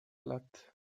lat